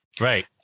Right